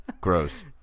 Gross